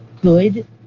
good